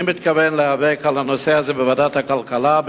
אני מתכוון להיאבק על הנושא הזה בוועדת הכלכלה,